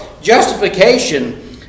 justification